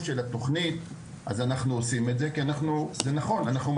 של התוכנית אז אנחנו עושים את וזה אך ורק מהסיבה